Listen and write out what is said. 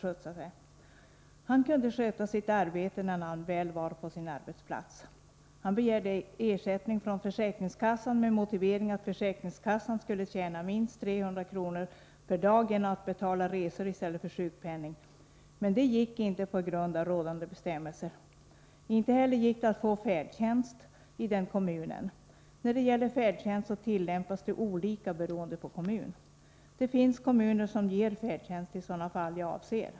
Han kunde sköta sitt arbete när han väl var på sin arbetsplats. Han begärde ersättning från försäkringskassan med motiveringen att försäkringskassan skulle tjäna minst 300 kr./dag genom att betala resor i stället för sjukpenning. Men det gick inte på grund av rådande bestämmelser. Inte heller gick det att få färdtjänst i den kommunen. Färdtjänst tillämpas olika beroende på i vilken kommun man bor. Det finns kommuner som ger färdtjänst i sådana fall som jag avser.